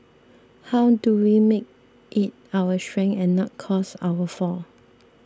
how do we make it our strength and not cause our fall